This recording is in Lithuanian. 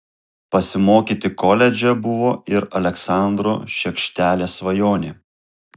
pasimokyti koledže buvo ir aleksandro šiekštelės svajonė